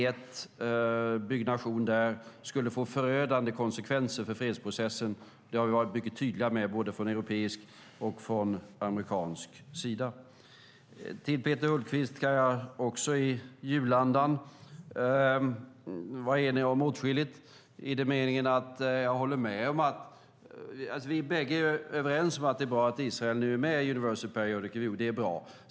En byggnation i E1 skulle få förödande konsekvenser för fredsprocessen; det har vi varit mycket tydliga med från både europeisk och amerikansk sida. Jag kan också i julandan vara enig med Peter Hultqvist om åtskilligt i den meningen vi är överens om att det är bra att Israel nu är med i Universal Periodic Review. Jag håller med om det.